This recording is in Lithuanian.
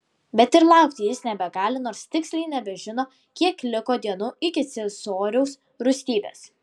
bet ir laukti jis nebegali nors tiksliai nebežino kiek liko dienų iki ciesoriaus rūstybės